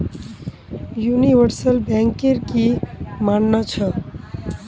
universal banker की मानना छ